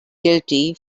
guilty